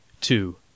two